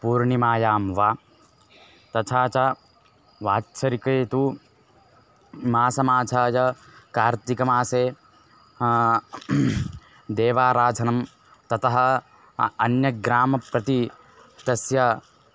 पूर्णिमायां वा तथा च वात्सरिके तु मासमासाय कार्तिकमासे देवाराधनं ततः अन्यग्रामं प्रति तस्य